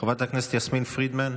חברת הכנסת יסמין פרידמן,